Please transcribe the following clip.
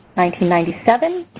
ninety ninety seven,